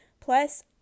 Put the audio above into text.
Plus